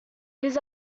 his